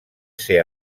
ser